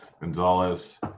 Gonzalez